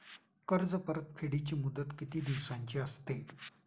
कर्ज परतफेडीची मुदत किती दिवसांची असते?